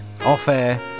off-air